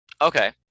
Okay